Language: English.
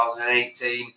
2018